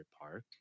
Park